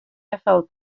eiffel